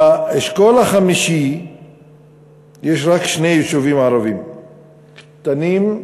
באשכול החמישי יש רק שני יישובים ערביים קטנים.